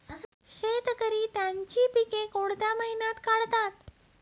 शेतकरी त्यांची पीके कोणत्या महिन्यात काढतात?